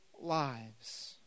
lives